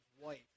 wife